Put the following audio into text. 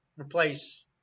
replace